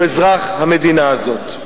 גם מכל מי שהוא אזרח המדינה הזאת.